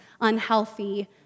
unhealthy